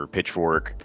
Pitchfork